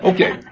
Okay